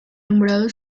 nombrado